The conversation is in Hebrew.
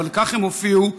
אבל כך הם הופיעו בתקשורת.